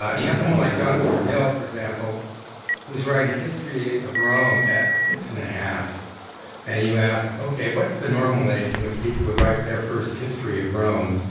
you have someone like john stuart mill for example who's writing the history of rome at six and a half and you ask, okay, what's the normal age in which people would write their first history of rome?